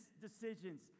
decisions